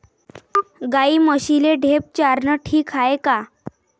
गाई म्हशीले ढेप चारनं ठीक हाये का?